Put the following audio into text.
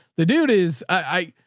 the dude is i,